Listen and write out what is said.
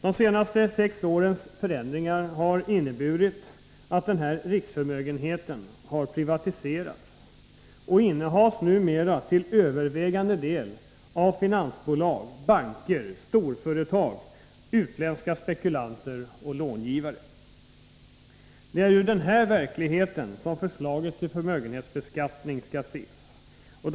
De senaste sex årens förändringar har inneburit att denna riksförmögenhet privatiserats och numera till övervägande del innehas av finansbolag, banker, storföretag, utländska spekulanter och långivare. Det är ur denna verklighet som förslaget till förmögenhetsbeskattning skall ses.